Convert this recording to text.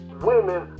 women